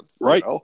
Right